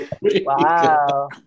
Wow